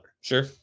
Sure